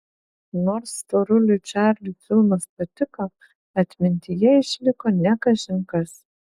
nors storuliui čarliui filmas patiko atmintyje išliko ne kažin kas